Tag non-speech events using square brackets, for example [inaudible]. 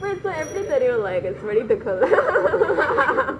முடிச்சினா எப்டி தெரியும்:mudichunaa epdi teriyum like it's ready to colle~ [laughs]